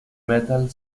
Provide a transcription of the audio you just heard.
metal